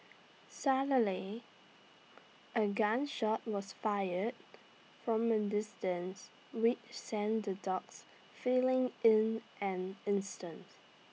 suddenly A gun shot was fired from A distance which sent the dogs fleeing in an instant